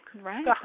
Right